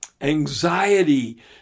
anxiety